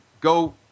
go